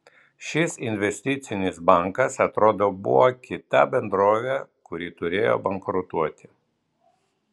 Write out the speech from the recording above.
šis investicinis bankas atrodo buvo kita bendrovė kuri turėjo bankrutuoti